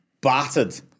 battered